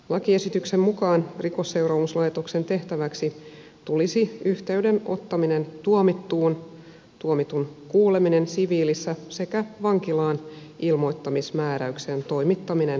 lakiesityksen mukaan rikosseuraamuslaitoksen tehtäväksi tulisi yhteyden ottaminen tuomittuun tuomitun kuuleminen siviilissä sekä vankilaan ilmoittautumismääräyksen toimittaminen tuomitulle